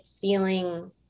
feeling